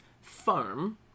farm